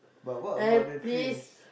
but what about the trains